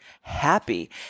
happy